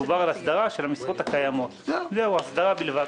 מדובר על הסדרה של המשרות הקיימות, הסדרה בלבד.